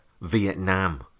Vietnam